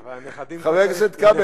חבר הכנסת כבל,